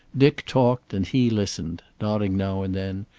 dick talked and he listened, nodding now and then,